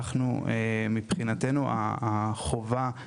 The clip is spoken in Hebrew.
מבחינתנו, החובה היא לאפשר.